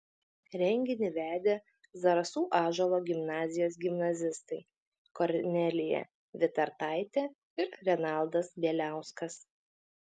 renginį vedė zarasų ąžuolo gimnazijos gimnazistai kornelija vitartaitė ir renaldas bieliauskas